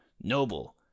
Noble